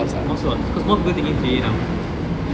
more slots because more people taking three a now